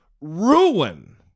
ruin